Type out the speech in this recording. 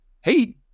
hey